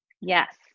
Yes